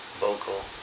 vocal